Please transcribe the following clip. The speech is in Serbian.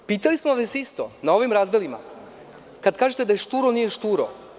Pitali smo vas isto na ovim razdelima kada kažete da je šturo, a nije šturo.